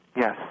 Yes